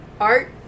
Art